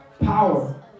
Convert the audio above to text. Power